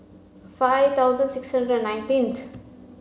five thousand six hundred and nineteenth